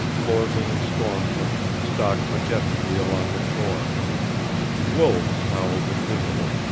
lordly and scornful, stalked majestically along the shore wolves howled invisible,